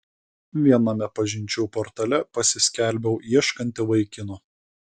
viename pažinčių portale pasiskelbiau ieškanti vaikino